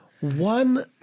one